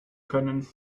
können